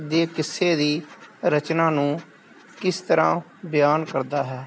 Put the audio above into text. ਦੇ ਕਿੱਸੇ ਦੀ ਰਚਨਾ ਨੂੰ ਕਿਸ ਤਰ੍ਹਾਂ ਬਿਆਨ ਕਰਦਾ ਹੈ